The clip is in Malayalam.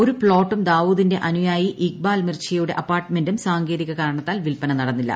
ഒരു പ്ലോട്ടും ദാവൂദിന്റെ അനുയായി ഇഖ്ബാൽ മിർച്ചിയുടെ അപ്പാർട്ടുമെന്റും സാങ്കേതിക കാരണത്താൽ വിൽപ്പന നടന്നില്ല